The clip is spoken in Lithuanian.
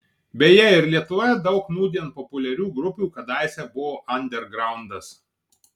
beje ir lietuvoje daug nūdien populiarių grupių kadaise buvo andergraundas